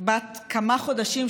בת כמה חודשים,